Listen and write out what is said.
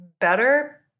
better